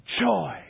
joy